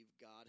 God